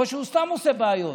או שהוא סתם עושה בעיות.